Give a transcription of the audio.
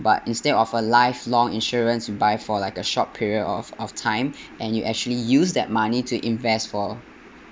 but instead of a lifelong insurance you buy for like a short period of of time and you actually use that money to invest for